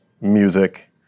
music